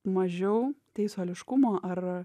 mažiau teisuoliškumo ar